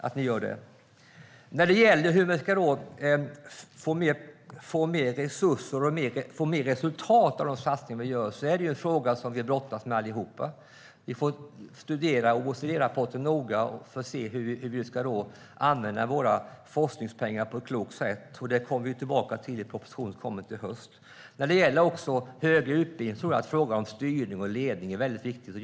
Att få mer resultat av de satsningar som görs är en fråga som vi alla brottas med. Vi får studera OECD-rapporten noga för att se hur vi ska använda våra forskningspengar på ett klokt sätt. Det kommer vi tillbaka till i propositionen som har kommit i höst. När det gäller högre utbildning tror jag att frågan om styrning och ledning är väldigt viktig.